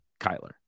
Kyler